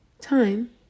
Time